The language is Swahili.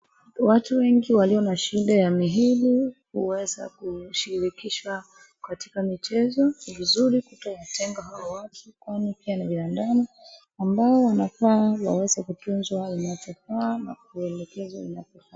Watu wengi walio na shida ya miili huweza kushirika katika michezo, ni vizuri kutowatenga hao watu kwani kenya inaandama ambao wanafaa waweze kufunzwa inachofaa na kuelekezwa inavyofaa.